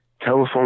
telephone